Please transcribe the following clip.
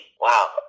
wow